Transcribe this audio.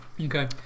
Okay